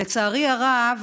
לצערי הרב,